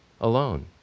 alone